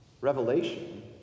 revelation